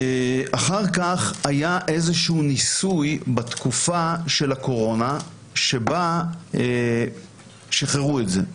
אחר כך היה איזשהו ניסוי בתקופה של הקורונה שבה שחררו את זה.